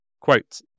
quote